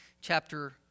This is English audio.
chapter